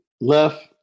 Left